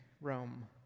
Rome